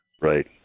Right